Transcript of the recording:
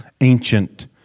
ancient